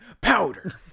powder